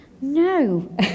No